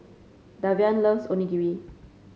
Davian loves Onigiri